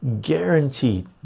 guaranteed